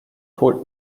holt